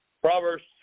Proverbs